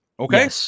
Okay